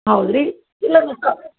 ಹೌದು ರೀ ಇಲ್ಲೆ ನಿಕ್ಕ